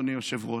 אדוני היושב-ראש,